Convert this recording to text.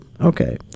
Okay